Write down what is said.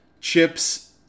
Chips